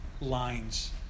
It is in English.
lines